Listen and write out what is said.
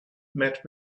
met